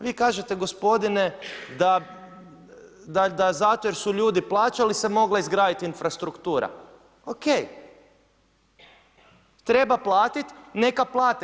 Vi kažete gospodine da zato jer su ljudi plaćali se mogla izgraditi infrastruktura, ok, treba platit neka plate.